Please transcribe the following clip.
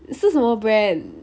是什么 brand